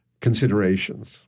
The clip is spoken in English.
considerations